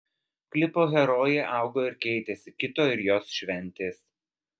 klipo herojė augo ir keitėsi kito ir jos šventės